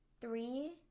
three